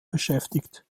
beschäftigt